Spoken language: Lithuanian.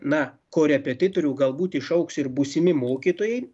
na korepetitorių galbūt išaugs ir būsimi mokytojai